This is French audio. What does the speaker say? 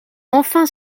enfin